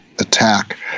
attack